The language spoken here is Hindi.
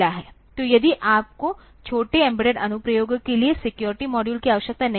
तो यदि आपको छोटे एम्बेडेड अनुप्रयोगों के लिए सिक्योरिटी मॉड्यूल की आवश्यकता नहीं है